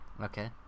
Okay